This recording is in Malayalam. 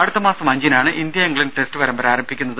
അടുത്ത മാസം അഞ്ചിനാണ് ഇന്ത്യ ഇംഗ്ലണ്ട് ടെസ്റ്റ് പരമ്പര ആരംഭിക്കുന്നത്